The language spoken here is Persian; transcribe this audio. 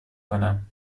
کنم